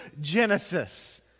Genesis